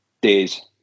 days